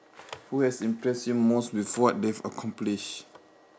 who has impressed you most with what they've accomplished